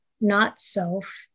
not-self